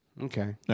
Okay